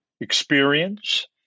experience